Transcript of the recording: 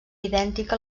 idèntica